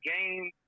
game